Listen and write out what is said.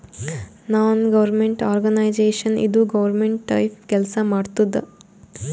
ನಾನ್ government organisation ಇದು government type ಕೆಲ್ಸಾ ಮಾಡತ್ತುದ್